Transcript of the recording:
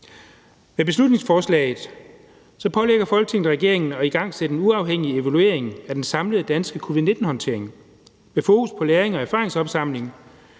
Med beslutningsforslaget pålægger Folketinget regeringen at igangsætte en uafhængig evaluering af den samlede danske covid-19-håndtering med fokus på læring og erfaringsopsamling